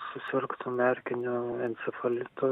susirgtum erkiniu encefalitu